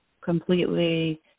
completely